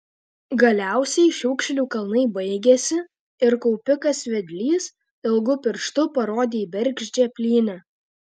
galiausiai šiukšlių kalnai baigėsi ir kaupikas vedlys ilgu pirštu parodė į bergždžią plynę